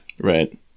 Right